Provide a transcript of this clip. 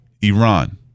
Iran